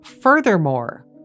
Furthermore